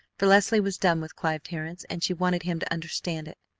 for leslie was done with clive terrence and she wanted him to understand it.